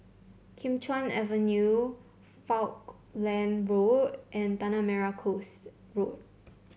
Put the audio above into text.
Kim Chuan Avenue Falkland Road and Tanah Merah Coast Road